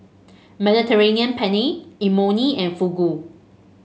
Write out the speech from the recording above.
Mediterranean Penne Imoni and Fugu